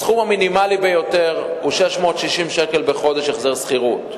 הסכום המינימלי הוא 660 שקל בחודש החזר שכירות,